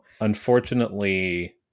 Unfortunately